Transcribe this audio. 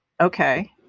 Okay